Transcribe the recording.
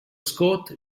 scott